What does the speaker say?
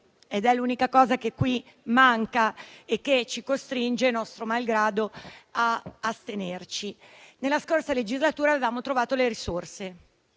ed è l'unica cosa che qui manca e che ci costringe, nostro malgrado, ad astenerci. Nella scorsa legislatura avevamo trovato le risorse